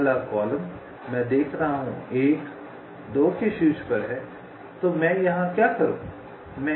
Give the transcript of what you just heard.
पहला कॉलम मैं देख रहा हूं कि 1 2 के शीर्ष पर है तो मैं यहां क्या करूं